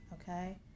okay